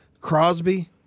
Crosby